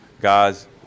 Guys